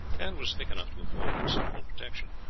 and was thick enough to afford considerable protection.